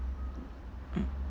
mm